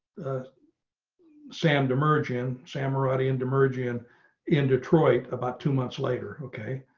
the sand emerging samurai and emerging and in detroit, about two months later. okay.